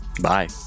Bye